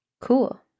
Cool